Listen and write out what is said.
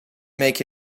make